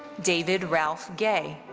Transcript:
david ralph gay.